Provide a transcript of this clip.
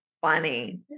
funny